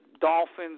Dolphins